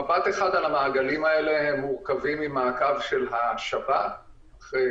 מבט אחד על המעגלים האלה: הם מורכבים ממעקב של השב"כ אחרי